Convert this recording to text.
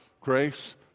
Grace